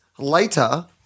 Later